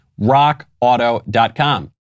rockauto.com